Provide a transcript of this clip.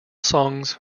songs